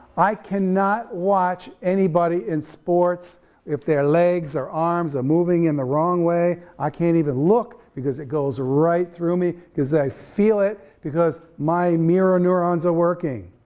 i cannot watch anybody in sports if their legs or arms are moving in the wrong way. i can't even look, because it goes right through me, because i feel it, because my mirror neurons are working.